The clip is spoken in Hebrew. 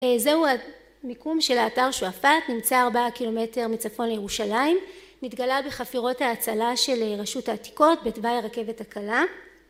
זהו המיקום של האתר שועפאת נמצא ארבעה קילומטר מצפון לירושלים, נתגלה בחפירות ההצלה של רשות העתיקות בתוואי הרכבת הקלה